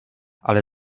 ale